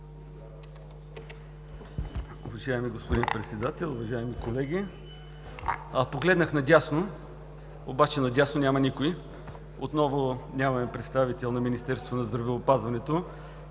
Уважаеми господин Председател, уважаеми колеги! Погледнах надясно, обаче надясно няма никой. Отново нямаме представител на Министерството на здравеопазването,